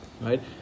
right